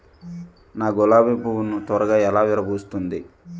నా గులాబి పువ్వు ను త్వరగా ఎలా విరభుస్తుంది?